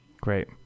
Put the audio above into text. Great